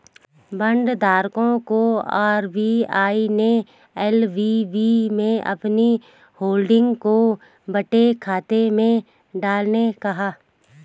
bond धारकों को RBI ने एल.वी.बी में अपनी होल्डिंग को बट्टे खाते में डालने कहा